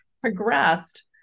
progressed